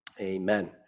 amen